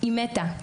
היא מתה.